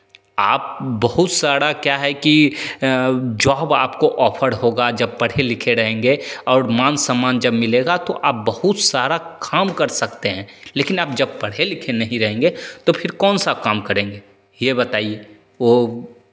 आप बहुत सारा क्या है कि जॉब आपको ऑफ़र होगा जब पढ़े लिखे रहेंगे और मान सम्मान जब मिलेगा तो आप बहुत सारा काम कर सकते हैं लेकिन आप जब पढ़े लिखे नहीं रहेंगे तो फिर कौन सा काम करेंगे ये बताइए वो